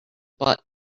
butt